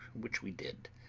which we did.